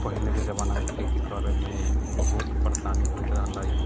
पहिलेके जमानामे खेती करैमे बहुत परेशानी होइत रहलै